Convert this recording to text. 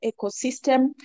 ecosystem